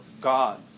God